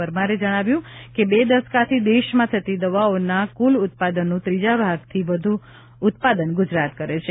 પરમારે જણાવ્યું કે બે દશકાથી દેશમાં થતી દવાઓના કુલ ઉત્પાદનનું ત્રીજા ભાગથી વધુનું ઉત્પાદન ગુજરાત કરે છે